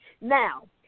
Now